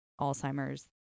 Alzheimer's